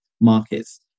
markets